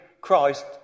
Christ